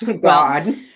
God